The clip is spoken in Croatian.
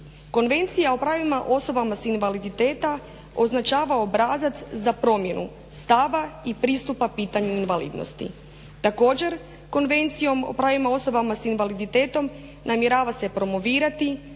Konvencija o pravima osobama sa invaliditetom označava obrazac za promjenu stava i pristupa pitanju invalidnosti. Također, Konvencijom o pravima osoba sa invaliditetom namjerava se promovirati,